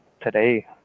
today